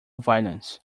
violence